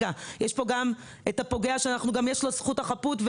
גם לפוגע יש זכות חפות,